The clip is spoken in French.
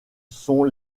sont